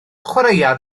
chwaraea